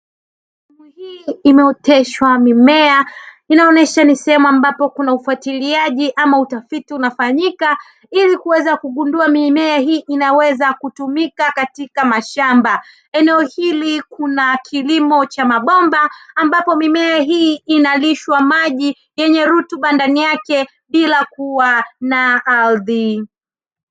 Sehemu hii imeoteshwa mimea, inaonyesha ni sehemu ambapo kuna ufuatiliaji ama utafiti unafanyika ili kuweza kugundua mimea hii inaweza kutumika katika mashamba. Eneo hili kuna kilimo cha mabomba ambapo mimea hii inalishwa maji nyenye rutuba ndani yake bila kuwa na ardhi,